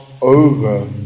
over